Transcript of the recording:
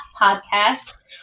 Podcast